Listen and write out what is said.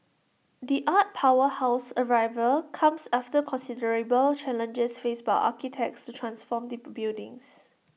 the art powerhouse's arrival comes after considerable challenges faced by architects to transform the buildings